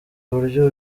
buryo